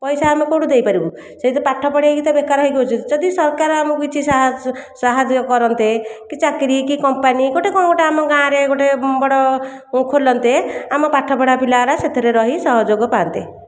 ପଇସା ଆମେ କେଉଁଠୁ ଦେଇପାରିବୁ ସେହି ତ ପାଠ ପଢ଼େଇକି ତ ବେକାର ହୋଇକି ଅଛୁ ଯଦି ସରକାର ଆମକୁ କିଛି ସାହାଯ୍ୟ କରନ୍ତି କିଛି ଚାକିରି କି କମ୍ପାନୀ ଗୋଟିଏ କ'ଣ ଗୋଟିଏ ଆମ ଗାଁରେ ଗୋଟିଏ ବଡ଼ ଖୋଲନ୍ତି ଆମ ପାଠ ପଢ଼ା ପିଲା ଗୁଡ଼ା ସେଥିରେ ରହି ସହଯୋଗ ପାଆନ୍ତେ